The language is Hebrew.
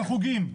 על חוגים?